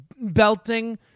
belting